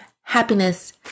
happiness